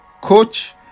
coach